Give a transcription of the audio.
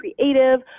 creative